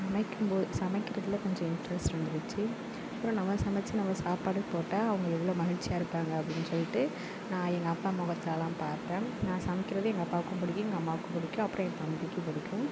சமைக்கும்போது சமைக்கிறதில் கொஞ்சம் இன்ட்ரஸ்ட் வந்துடுச்சு அப்புறம் நம்ம சமைச்சு நம்ம சாப்பாடு போட்டால் அவங்க எவ்வளோ மகிழ்ச்சியாக இருப்பாங்க அப்படின்னு சொல்லிட்டு நான் எங்கள் அப்பா முகத்தலாம் பார்த்தேன் நான் சமைக்கிறது எங்கள் அப்பாவுக்கும் பிடிக்கும் எங்கள் அம்மாவுக்கும் பிடிக்கும் அப்புறம் என் தம்பிக்கும் பிடிக்கும்